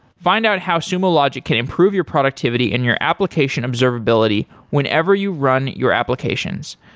find out how sumo logic can improve your productivity and your application observability whenever you run your applications.